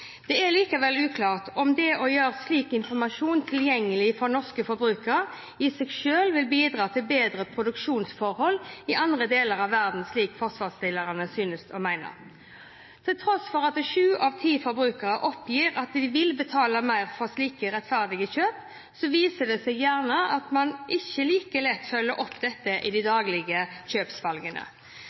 Det er likevel uklart om det å gjøre slik informasjon tilgjengelig for norske forbrukere i seg selv vil bidra til bedre produksjonsforhold i andre deler av verden, slik forslagsstillerne synes å mene. Til tross for at sju av ti forbrukere oppgir at de vil betale mer for å sikre rettferdige kjøp, viser det seg gjerne at man ikke like lett følger opp dette i de daglige kjøpsvalgene.